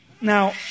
Now